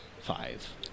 five